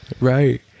Right